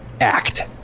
Act